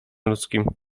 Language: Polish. ludzkim